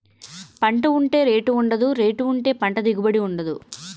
పంట ఉంటే రేటు ఉండదు, రేటు ఉంటే పంట దిగుబడి ఉండదు